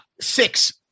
Six